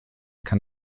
kann